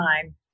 time